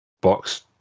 box